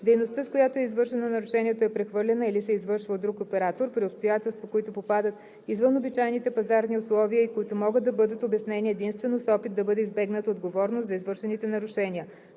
дейността, с която е извършено нарушението, е прехвърлена или се извършва от друг оператор при обстоятелства, които попадат извън обичайните пазарни условия и които могат да бъдат обяснени единствено с опит да бъде избегната отговорност за извършените нарушения.